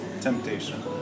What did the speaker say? Temptation